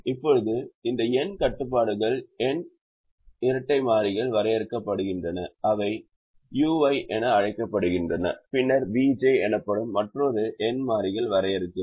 இப்போது இந்த n கட்டுப்பாடுகள் n இரட்டை மாறிகள் வரையறுக்கப்படுகின்றன அவை ui என அழைக்கப்படுகின்றன பின்னர் vj எனப்படும் மற்றொரு n மாறிகளையும் வரையறுக்கிறோம்